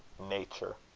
nature.